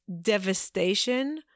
devastation